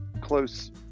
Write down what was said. close